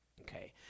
okay